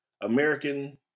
American